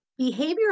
Behavioral